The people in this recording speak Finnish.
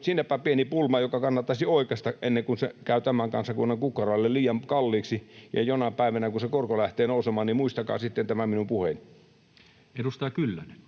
Siinäpä pieni pulma, joka kannattaisi oikaista ennen kuin se käy tämän kansakunnan kukkarolle liian kalliiksi. Ja jonain päivänä, kun se korko lähtee nousemaan, muistakaa sitten tämä minun puheeni. Edustaja Kyllönen.